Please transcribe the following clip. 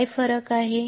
काय फरक आहे